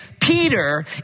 Peter